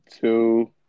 Two